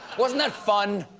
wasn't that fun?